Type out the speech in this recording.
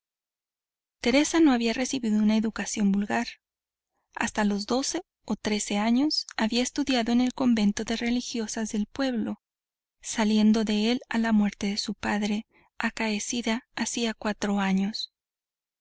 teresa no había recibido una educación vulgar hasta los doce o trece años había estudiado en el convento de religiosas del pueblo saliendo de él a la muerte de su padre acaecida hacía cuatro años